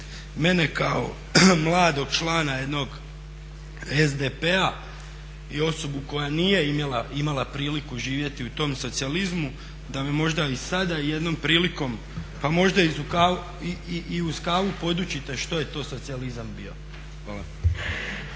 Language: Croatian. mene kao mladog člana jednog SDP-a i osobu koja nije imala priliku živjeti u tom socijalizmu, da me možda i sada jednom prilikom pa možda i uz kavu podučite što je to socijalizam bio. Hvala.